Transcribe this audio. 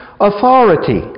authority